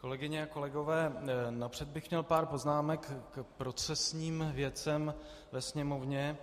Kolegyně a kolegové, napřed bych měl pár poznámek k procesním věcem ve Sněmovně.